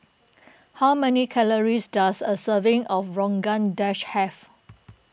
how many calories does a serving of Rogan Dash have